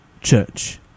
church